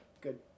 good